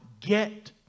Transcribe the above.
get